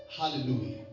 Hallelujah